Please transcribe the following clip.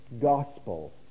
gospel